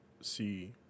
see